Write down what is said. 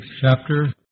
chapter